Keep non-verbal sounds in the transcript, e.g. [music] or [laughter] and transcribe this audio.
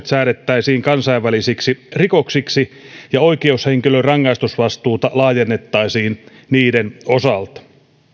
[unintelligible] säädettäisiin kansainvälisiksi rikoksiksi ja oikeushenkilön rangaistusvastuuta laajennettaisiin niiden osalta